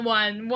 one